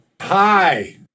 Hi